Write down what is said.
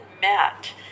met